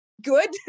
good